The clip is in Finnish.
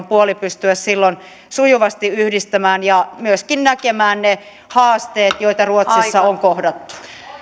puoli pystyä silloin sujuvasti yhdistämään ja myöskin näkemään ne haasteet joita ruotsissa on kohdattu